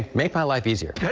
make my life easier.